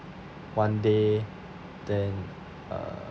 one day then err